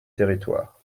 territoires